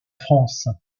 france